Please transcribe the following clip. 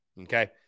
okay